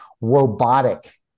robotic